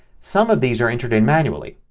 some of these are entered in manually.